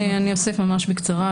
אני אוסיף ממש בקצרה,